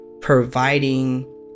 providing